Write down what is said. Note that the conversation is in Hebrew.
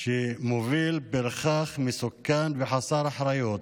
שמוביל פרחח מסוכן וחסר אחריות,